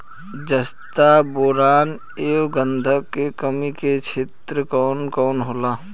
जस्ता बोरान ऐब गंधक के कमी के क्षेत्र कौन कौनहोला?